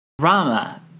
Rama